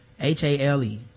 H-A-L-E